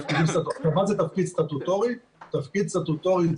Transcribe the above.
תפקיד סטטוטורי זה,